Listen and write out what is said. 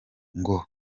ngo